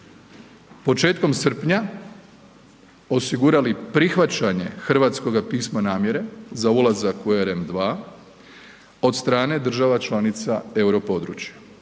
početkom srpnja osigurali prihvaćanje hrvatskoga pisma namjere za ulazak u EREM2 od strane država članica europodručja.